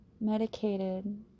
medicated